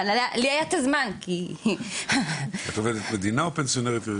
אבל לי היה את הזמן כי --- את עובדת מדינה או פנסיונרית?